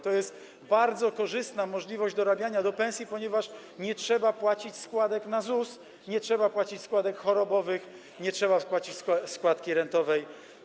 To jest bardzo korzystna możliwość dorabiania do pensji, ponieważ nie trzeba płacić składek na ZUS, nie trzeba płacić składek chorobowych, nie trzeba płacić składki rentowej.